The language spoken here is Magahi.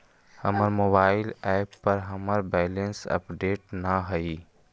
हमर मोबाइल एप पर हमर बैलेंस अपडेट न हई